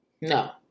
no